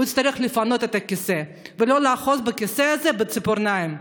הוא יצטרך לפנות את הכיסא ולא לאחוז בכיסא הזה בציפורניים.